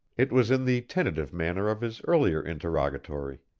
it was in the tentative manner of his earlier interrogatory,